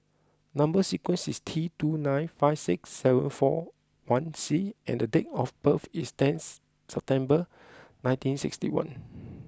number sequence is T two nine five six seven four one C and date of birth is tenth September nineteen sixty one